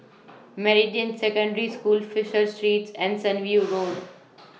Meridian Secondary School Fisher Street and Sunview Road